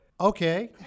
Okay